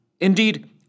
Indeed